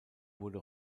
wurde